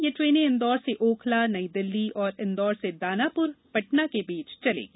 ये ट्रेने इंदौर से ओखला नई दिल्ली और इंदौर से दानापुर पटना के बीच चलेगी